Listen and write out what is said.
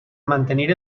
mantenir